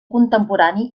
contemporani